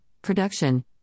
production